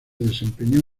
desempeñó